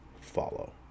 follow